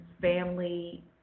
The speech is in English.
family